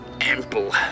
ample